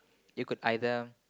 you could either